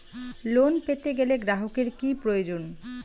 Loan পেতে গেলে গ্রাহকের কি প্রয়োজন?